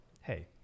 Hey